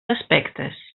aspectes